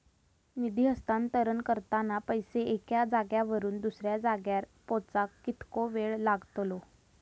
निधी हस्तांतरण करताना पैसे एक्या जाग्यावरून दुसऱ्या जाग्यार पोचाक कितको वेळ लागतलो?